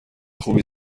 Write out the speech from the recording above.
خوبی